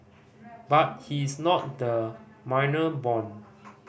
but he is not the manor born